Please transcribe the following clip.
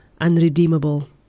unredeemable